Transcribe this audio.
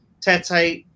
Tete